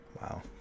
wow